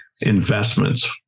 investments